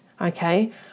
okay